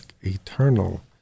eternal